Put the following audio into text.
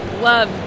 love